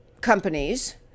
companies